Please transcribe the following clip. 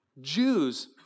Jews